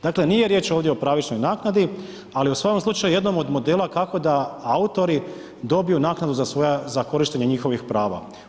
Dakle nije riječ ovdje o pravičnoj naknadi, ali u svakom slučaju, jednom od modela kako da autori dobiju naknadu za svoja, za korištenje njihovih prava.